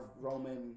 Roman